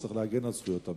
שצריך להגן על זכויות המיעוט.